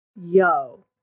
yo